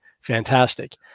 fantastic